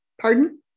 Pardon